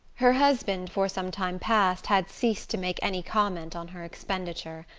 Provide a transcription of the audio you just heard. her husband, for some time past, had ceased to make any comment on her expenditure.